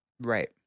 right